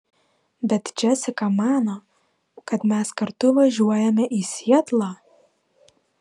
bet džesika mano kad mes kartu važiuojame į sietlą